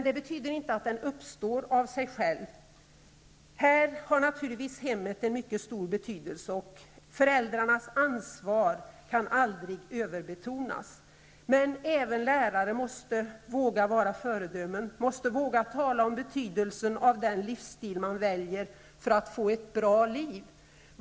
Det betyder inte att den uppstår av sig själv. Här har naturligtvis hemmen en mycket stor betydelse. Föräldrarnas ansvar kan aldrig överbetonas. Men även lärare måste våga vara föredömen, måste våga tala om betydelsen av den livsstil man väljer för att få ett bra liv.